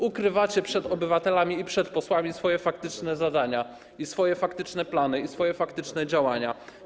Ukrywacie przed obywatelami i przed posłami swoje faktyczne zadania, swoje faktyczne plany i swoje faktyczne działania.